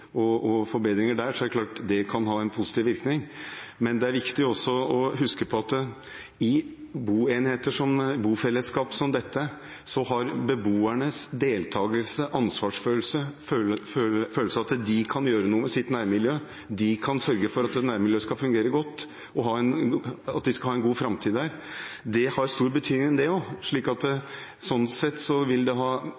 bygningsloven og forbedringer der, er det klart at det kan ha en positiv virkning. Men det er viktig også å huske på at i bofellesskap som dette har beboernes deltagelse, ansvarsfølelse og følelse av at de kan gjøre noe med sitt nærmiljø, at de kan sørge for at nærmiljøet fungerer godt og at de skal ha en god framtid der, også stor betydning. Sånn sett vil det ha stor verdi, det som bydelsutvalgene og bystyret når de har uttalt seg, har antydet om at